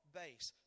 base